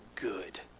good